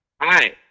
Hi